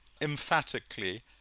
emphatically